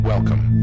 Welcome